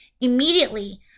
Immediately